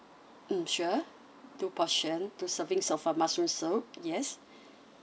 mm sure two portion two servings of a mushroom soup yes